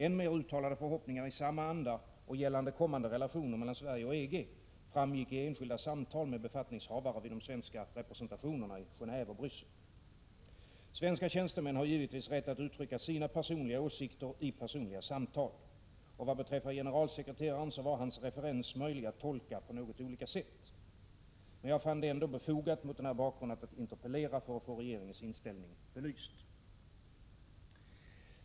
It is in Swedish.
Än mer uttalade förhoppningar i samma anda när det gäller kommande relationer mellan Sverige och EG framgick i enskilda samtal med befattningshavare vid de svenska representationerna i Geneve och Bryssel. Svenska tjänstemän har givetvis rätt att uttrycka sina personliga åsikter i personliga samtal, och vad beträffar generalsekreteraren var hans referens möjlig att tolka på något olika sätt. Men jag fann det ändå befogat — mot denna bakgrund — att interpellera för att få regeringens inställning belyst.